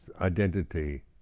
identity